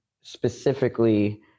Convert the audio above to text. specifically